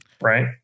right